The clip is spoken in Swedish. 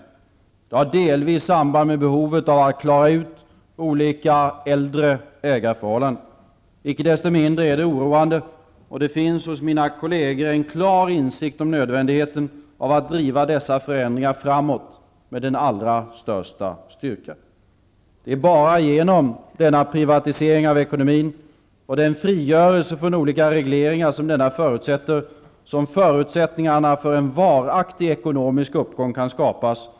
Detta har delvis samband med behovet av att klara ut olika äldre ägarförhållanden. Icke desto mindre är det oroande, och det finns hos mina kolleger en klar insikt om nödvändigheten av att driva dessa förändringar framåt med största styrka. Det är bara genom privatisering av ekonomin, och den frigörelse från olika regleringar som denna förutsätter, som förutsättningarna för en varaktig ekonomisk uppgång kan skapas.